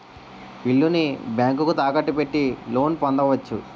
ఇల్లుని బ్యాంకుకు తాకట్టు పెట్టి లోన్ పొందవచ్చు